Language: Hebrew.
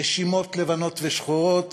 ברשימות לבנות ושחורות